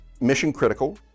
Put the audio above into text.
mission-critical